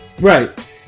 Right